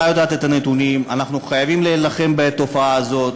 אנחנו חייבים להילחם בתופעה הזאת.